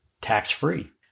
tax-free